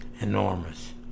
enormous